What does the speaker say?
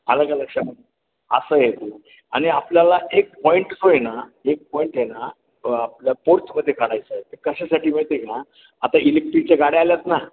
आलं का लक्षामध्ये असं आहे ते आणि आपल्याला एक पॉईंट जो आहे ना एक पॉईंट आहे ना आपल्या पोर्चमध्ये काढायचं आहे तर कशासाठी माहिती आहे का आता इलेक्ट्रिकच्या गाड्या आल्यात ना